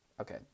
Okay